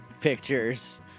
pictures